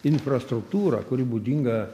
infrastruktūrą kuri būdinga